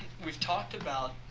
we've talked about